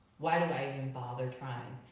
why do i even bother trying?